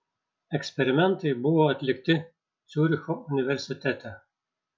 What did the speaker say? eksperimentai buvo atlikti ciuricho universitete